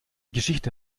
geschichte